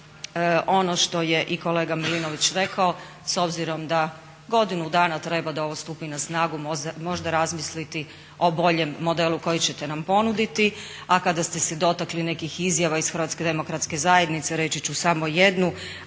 ono što je i kolega Milinović rekao s obzirom da godinu dana treba da ovo stupi na snagu možda razmisliti o boljem modelu koji ćete nam ponuditi. A kada ste se dotakli nekih izjava iz Hrvatske demokratske